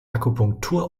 akupunktur